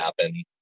happen